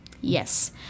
Yes